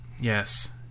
Yes